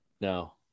No